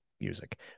music